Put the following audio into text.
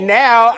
now